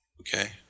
Okay